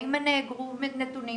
האם נאגרו נתונים,